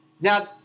Now